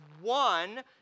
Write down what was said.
one